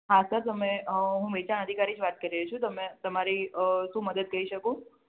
હાં સર તમે હું વેચાણ અધિકારી જ વાત કરી રહી છું તમે તમારી શું મદદ કરી શકું